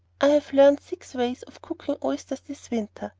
i have learned six ways of cooking oysters this winter,